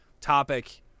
topic